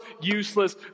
useless